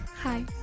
Hi